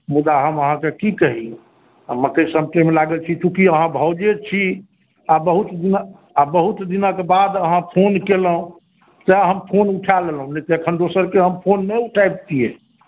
मुदा हम अहाँकेँ की कही हम मकइ समेटै मे लागल छी चुँकि अहाँ भाउजे छी आ बहुत दिनक बहुत दिनक बाद अहाँ फोन केलहुँ तैं हम फोन उठा लेलहुँ लेकिन अखन दोसरके हम फोन नहि उठबतियै